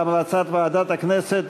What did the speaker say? על המלצת ועדת הכנסת,